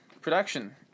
Production